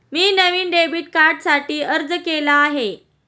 मी नवीन डेबिट कार्डसाठी अर्ज केला आहे